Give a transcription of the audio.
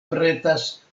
pretas